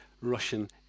Russian